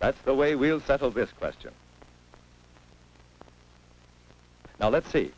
that's the way we'll settle this question now let's see